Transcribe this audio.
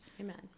amen